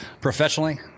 professionally